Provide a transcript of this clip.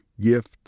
gift